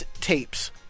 tapes